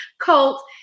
Colt